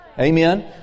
Amen